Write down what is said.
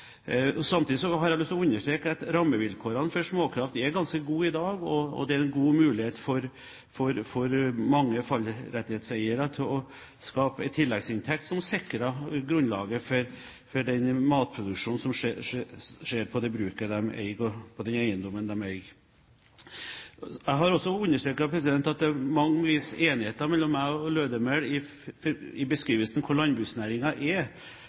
Samtidig har jeg lyst til å understreke at rammevilkårene for småkraft er ganske gode i dag, og det er en god mulighet for mange fallrettighetseiere til å skape en tilleggsinntekt som sikrer grunnlaget for den matproduksjonen som skjer på det bruket de eier, og på den eiendommen de eier. Jeg har også understreket at det på mange måter er enighet mellom Lødemel og meg i beskrivelsen av hva landbruksnæringen er, og at vi ønsker en levedyktig næring hvor bonden har selvråderett over egen eiendom. Men samtidig er